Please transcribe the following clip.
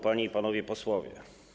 Panie i Panowie Posłowie!